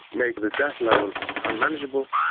make the debt level unmanageable,